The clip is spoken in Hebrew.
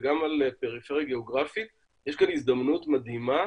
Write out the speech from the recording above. וגם על פריפריה גיאוגרפית יש כאן הזדמנות מדהימה